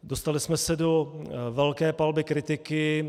Dostali jsme se do velké palby kritiky.